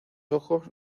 ojos